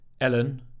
Ellen